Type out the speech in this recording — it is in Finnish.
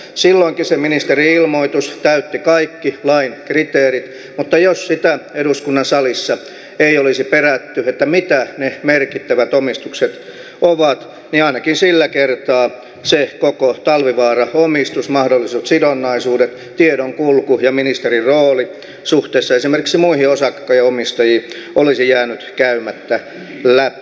silloinkin se ministerin ilmoitus täytti kaikki lain kriteerit mutta jos sitä eduskunnan salissa ei olisi perätty mitä ne merkittävät omistukset ovat niin ainakin sillä kertaa se koko talvivaara omistus mahdolliset sidonnaisuudet tiedon kulku ja ministerirooli suhteessa esimerkiksi muihin osakkeenomistajiin olisi jäänyt käymättä läpi